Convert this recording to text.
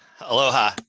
Aloha